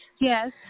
Yes